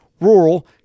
rural